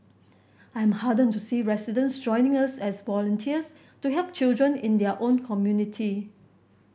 I'm heartened to see residents joining us as volunteers to help children in their own community